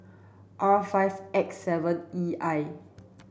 R five X seven E I